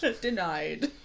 Denied